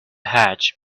hatch